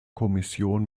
kommission